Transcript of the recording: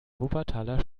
wuppertaler